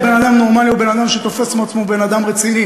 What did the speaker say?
איך בן-אדם נורמלי או בן-אדם שתופס את עצמו כבן-אדם רציני,